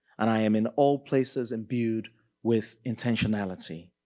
and i am in all places imbued with intentionality.